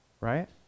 Right